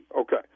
Okay